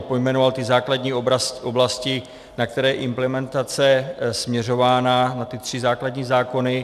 Pojmenoval ty základní oblasti, na které je implementace směřována, na ty tři základní zákony.